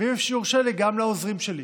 ואם יורשה לי, גם לעוזרים שלי,